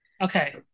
Okay